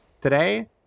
Today